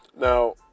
Now